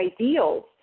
ideals